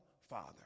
Father